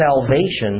salvation